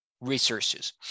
resources